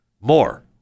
More